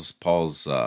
Paul's